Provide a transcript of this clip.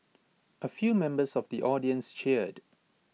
A few members of the audience cheered